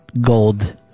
gold